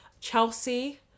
Chelsea